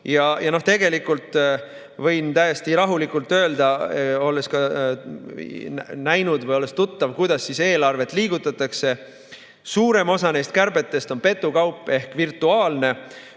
Tegelikult võin täiesti rahulikult öelda, olles näinud või olles [kursis], kuidas eelarvet liigutatakse, et suurem osa neist kärbetest on petukaup ehk virtuaalsed.